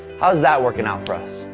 how's that working out for us?